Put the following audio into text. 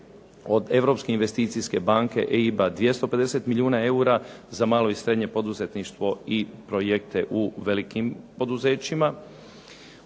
Od Europske investicijske banke EIB-a 250 milijuna eura, za malo i srednje poduzetništvo i projekte u velikim poduzećima.